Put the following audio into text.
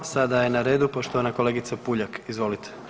Sada je na redu poštovana kolegica Puljak, izvolite.